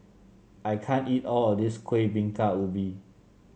I can't eat all of this Kueh Bingka Ubi